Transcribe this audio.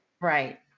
Right